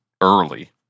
early